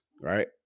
right